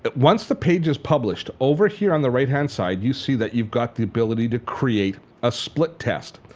but once the page is published, over here on the right hand side, you see that you've got the ability to create a split test.